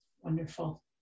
Wonderful